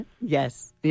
yes